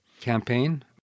campaign